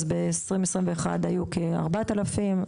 ב-2021 היו כ-4,000,